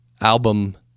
album